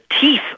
teeth